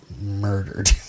murdered